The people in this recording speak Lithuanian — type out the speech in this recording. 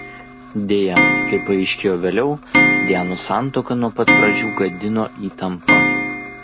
deja kaip paaiškėjo vėliau dianos santuoką nuo pat pradžių gadino įtampa